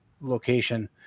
location